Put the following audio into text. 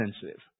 sensitive